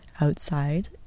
outside